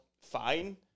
fine